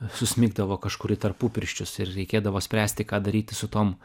susmigdavo kažkur į tarpupirščius ir reikėdavo spręsti ką daryti su tom